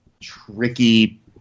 tricky